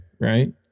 right